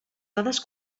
dades